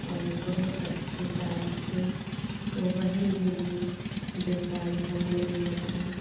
और बहुत अच्छी साड़ी थी वह बहन भी ली जो साड़ी हमने लिया था